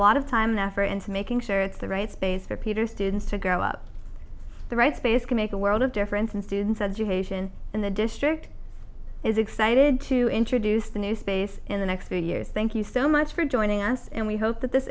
lot of time and effort into making sure it's the right space for peter students to grow up the right space can make a world of difference in students education and the district is excited to introduce the new space in the next few years thank you so much for joining us and we hope that this